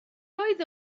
oedd